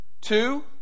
Two